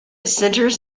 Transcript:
centers